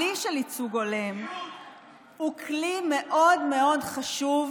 הכלי של ייצוג הולם הוא כלי מאוד מאוד חשוב.